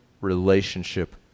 relationship